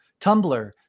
Tumblr